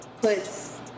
puts